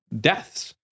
deaths